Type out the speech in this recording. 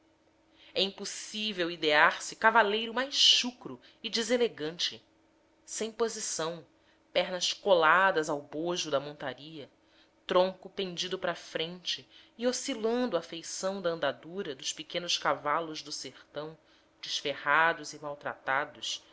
é impossível idear se cavaleiro mais chucro e deselegante sem posição pernas coladas ao bojo da montaria tronco pendido para a frente e oscilando à feição da andadura dos pequenos cavalos do sertão desferrados e maltratados